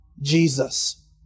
Jesus